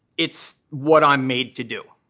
it's what i'm made to do.